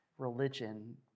religion